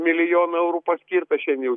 milijonų eurų paskirta šiandien jau